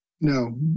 no